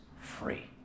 free